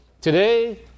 Today